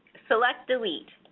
select delete.